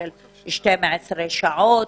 שעות,